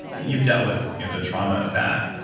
you've dealt with the trauma of that.